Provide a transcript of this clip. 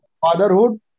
Fatherhood